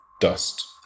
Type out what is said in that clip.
dust